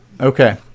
Okay